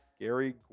Gary